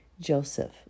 Joseph